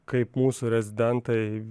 kaip mūsų rezidentai